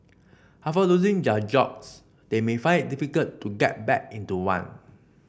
after losing their jobs they may find difficult to get back into one